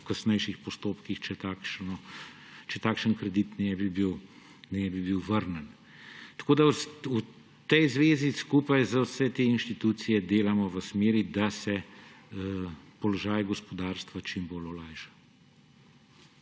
v kasnejših postopkih, če takšen kredit ne bi bil vrnjen. V tej zvezi skupaj za vse te inštitucije delamo v smeri, da se položaj gospodarstva čim bolj olajša.